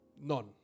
None